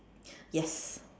yes